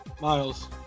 Miles